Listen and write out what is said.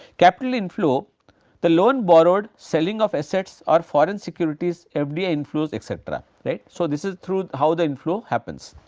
capital inflow the loan borrowed selling of assets or foreign securities, fdi inflows etcetera right so, this is through how the inflow happens.